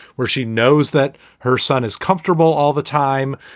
where she knows that her son is comfortable all the time,